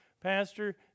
Pastor